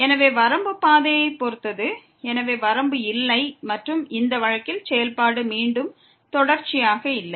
எனவே வரம்பு பாதையைப் பொறுத்தது எனவே வரம்பு இல்லை மற்றும் இந்த வழக்கில் செயல்பாடு மீண்டும் தொடர்ச்சியாக இல்லை